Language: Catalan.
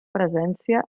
presència